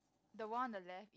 the one on the left